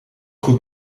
goed